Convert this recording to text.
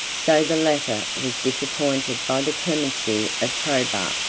so the latter was disappointed by the clemency of probus.